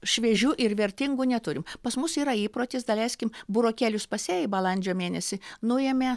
šviežių ir vertingų neturim pas mus yra įprotis daleiskim burokėlius pasėjai balandžio mėnesį nuėmė